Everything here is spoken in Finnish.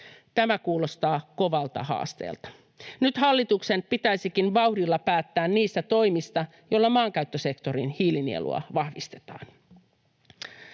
Tämä kuulostaa kovalta haasteelta. Nyt hallituksen pitäisikin vauhdilla päättää niistä toimista, joilla maankäyttösektorin hiilinielua vahvistetaan.